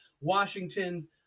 Washington